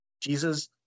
Jesus